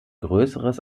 größeres